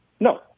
No